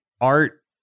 art